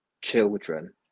children